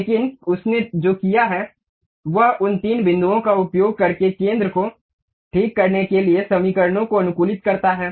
लेकिन उसने जो किया है वह उन तीन बिंदुओं का उपयोग करके केंद्र को ठीक करने के लिए समीकरणों को अनुकूलित करता है